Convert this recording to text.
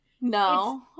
no